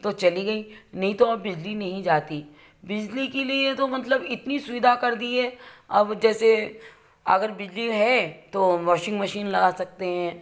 तो चली गई नहीं तो अब बिजली नहीं जाती बिजली के लिए तो मतलब इतनी सुविधा कर दी है अब जैसे अगर बिजली है तो वॉशिंग मशीन लगा सकते हैं